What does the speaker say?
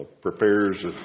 prepares